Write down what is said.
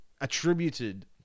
attributed